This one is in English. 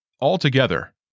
Altogether